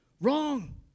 Wrong